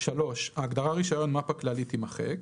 (3)ההגדרה "רישיון מפ"א כללי" תימחק,